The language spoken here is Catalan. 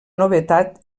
novetat